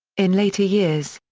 in later years,